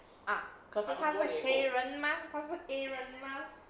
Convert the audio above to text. ah 可是他是黑人吗他是黑人吗